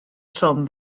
trwm